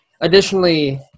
Additionally